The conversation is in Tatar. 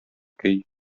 көй